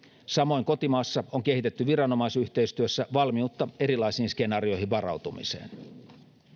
samoin kotimaassa on kehitetty viranomaisyhteistyössä valmiutta erilaisiin skenaarioihin varautumiseen